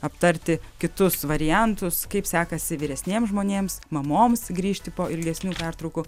aptarti kitus variantus kaip sekasi vyresniem žmonėms mamoms grįžti po ilgesnių pertraukų